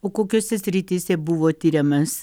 o kokiose srityse buvo tiriamas